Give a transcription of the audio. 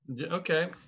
Okay